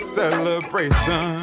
celebration